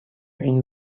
این